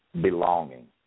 belonging